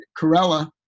Corella